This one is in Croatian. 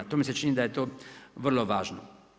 To mi se čini da je to vrlo važno.